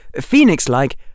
phoenix-like